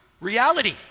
reality